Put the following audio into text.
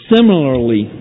Similarly